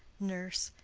nurse.